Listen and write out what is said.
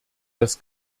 das